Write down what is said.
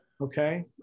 okay